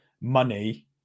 money